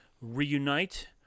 reunite